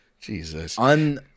Jesus